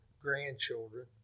grandchildren